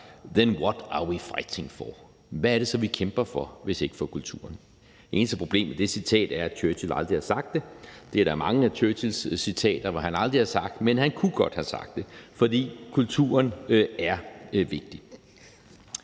Hvad er det så, vi kæmper for, hvis ikke for kulturen? Det eneste problem ved det citat er, at Churchill aldrig har sagt det, og det gælder mange af Churchills citater, men han kunne godt have sagt det, for kulturen er vigtig.